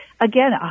again